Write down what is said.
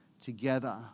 Together